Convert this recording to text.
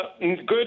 good